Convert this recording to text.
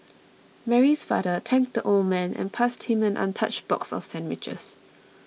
Mary's father thanked the old man and passed him an untouched box of sandwiches